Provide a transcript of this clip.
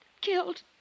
killed